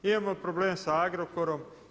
Imamo problem sa Agrokorom.